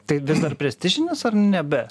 tai vis dar prestižinis ar nebe